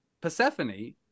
Persephone